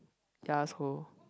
ya so